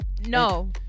no